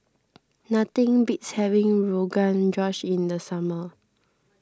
nothing beats having Rogan Josh in the summer